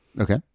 Okay